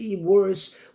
worse